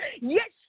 yes